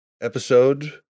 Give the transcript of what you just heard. episode